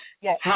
Yes